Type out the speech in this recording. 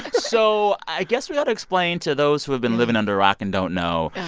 so i guess we got to explain to those who have been living under a rock and don't know,